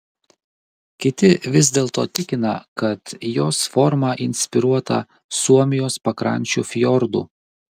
kiti vis dėlto tikina kad jos forma inspiruota suomijos pakrančių fjordų